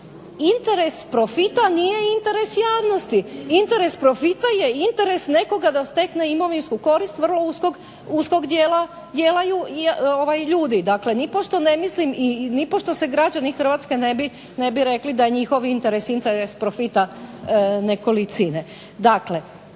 Interes profita nije interes javnosti, interes profita je interes nekoga da stekne imovinsku korist vrlo uskog dijela ljudi, dakle nipošto se građani Hrvatske ne bi rekli da je njihov interes interes profita nekolicine.